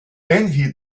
envy